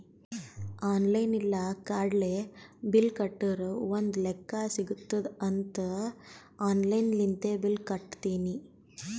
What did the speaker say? online ಇಲ್ಲ ಕಾರ್ಡ್ಲೆ bill ಕಟ್ಟುರ್ ಒಂದ್ ಲೆಕ್ಕಾ ಸಿಗತ್ತುದ್ ಅಂತ್ ಆನ್ಲೈನ್ ಲಿಂತೆ ಬಿಲ್ ಕಟ್ಟತ್ತಿನಿ